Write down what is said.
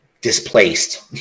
displaced